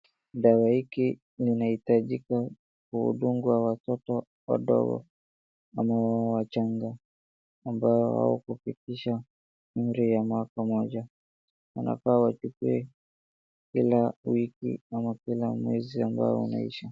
Dawa hii inahitajika kudunga watoto wadogo ama wachanga, ambao hupitisha umri wa mwaka mmoja. Wanafaa wachukue kila wiki ama kila mwezi ambao wanaishi.